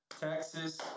Texas